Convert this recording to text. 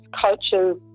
coaches